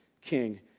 king